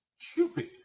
stupid